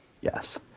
Yes